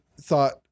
thought